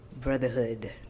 brotherhood